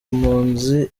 impunzi